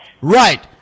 right